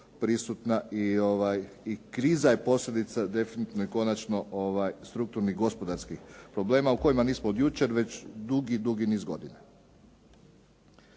prisutna i kriza je posljedica definitivno i konačno strukturnih i gospodarskih problema u kojima nismo od jučer već dugi, dugi niz godina.